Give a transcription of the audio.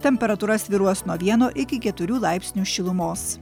temperatūra svyruos nuo vieno iki keturių laipsnių šilumos